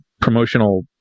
promotional